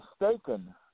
mistaken